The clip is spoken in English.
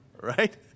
right